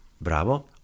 bravo